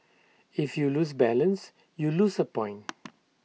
if you lose balance you lose A point